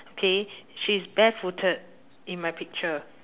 okay she's barefooted in my picture